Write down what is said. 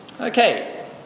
Okay